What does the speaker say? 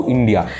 India